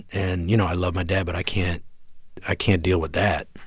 and you know, i love my dad, but i can't i can't deal with that.